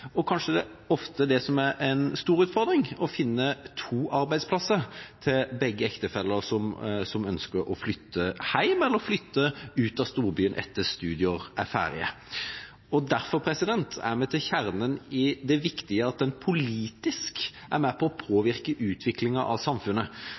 og kanskje ofte det som er en stor utfordring, nemlig å finne arbeidsplasser til begge ektefeller som ønsker å flytte hjem eller flytte ut av storbyen etter at man er ferdig med studiene. Og her er vi ved kjernen, det viktige: at en politisk er med på å